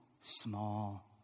small